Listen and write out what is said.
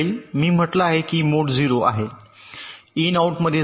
मी म्हटलं आहे की मोड 0 आहे इन आउट मध्ये जाईल